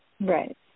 Right